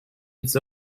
its